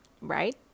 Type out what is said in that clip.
right